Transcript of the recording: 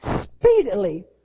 speedily